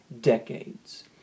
decades